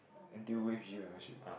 N_T_U wave gym membership